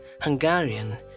Hungarian